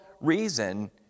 reason